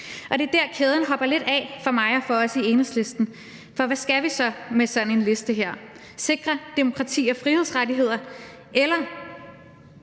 Og det er der, kæden hoppen lidt af for mig og for os i Enhedslisten, for hvad skal vi så med sådan en liste her – sikre demokrati og frihedsrettigheder eller